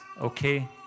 okay